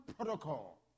protocol